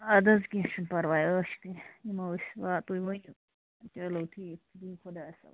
اَدٕ حظ کیٚنٛہہ چھُنہٕ پَرواے ٲش کٔرِتھ یِمو أسۍ آ واتو أسۍ چلو ٹھیٖک بِہِو خدایَس حَوالہٕ